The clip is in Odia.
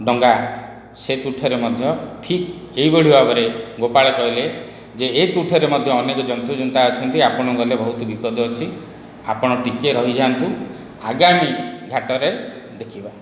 ଡଙ୍ଗା ସେ ତୁଠରେ ମଧ୍ୟ ଠିକ୍ ଏହିଭଳି ଭାବରେ ଗୋପାଳ କହିଲେ ଯେ ଏ ତୁଠରେ ମଧ୍ୟ ଅନେକ ଜନ୍ତୁ ଜୁନ୍ତା ଅଛନ୍ତି ଆପଣ ଗଲେ ବହୁତ ବିପଦ ଅଛି ଆପଣ ଟିକେ ରହିଯାଆନ୍ତୁ ଆଗାମୀ ଘାଟରେ ଦେଖିବା